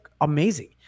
amazing